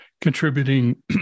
contributing